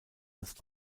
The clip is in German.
als